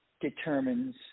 determines